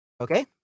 Okay